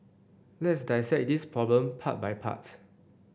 let's dissect this problem part by part